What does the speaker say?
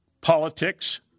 politics